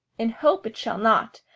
in hope it shall not,